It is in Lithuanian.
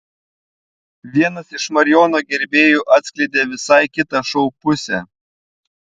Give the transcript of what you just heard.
vienas iš marijono gerbėjų atskleidė visai kitą šou pusę